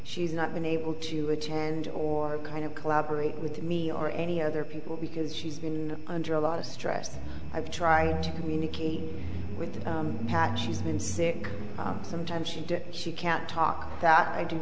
she's not been able to attend or kind of collaborate with me or any other people because she's been under a lot of stress that i've tried to communicate with pat she's been sick sometimes she did she can't talk that i do